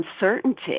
uncertainty